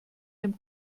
dem